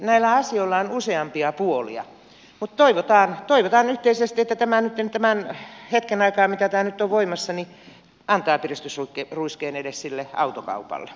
näillä asioilla on useampia puolia mutta toivotaan yhteisesti että tämä nyt hetken aikaa mitä tämä nyt on voimassa antaa piristysruiskeen edes sille autokaupalle